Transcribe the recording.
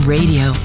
Radio